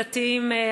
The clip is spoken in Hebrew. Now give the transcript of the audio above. דתיים,